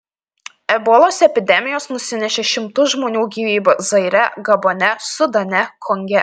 ebolos epidemijos nusinešė šimtus žmonių gyvybių zaire gabone sudane konge